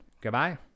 Goodbye